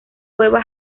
cueva